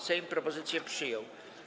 Sejm propozycję przyjął.